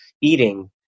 eating